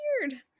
weird